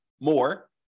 more